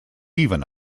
even